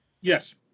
Yes